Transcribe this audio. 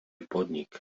podnik